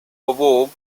above